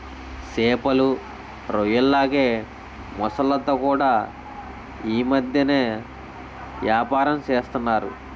సేపలు, రొయ్యల్లాగే మొసల్లతో కూడా యీ మద్దెన ఏపారం సేస్తన్నారు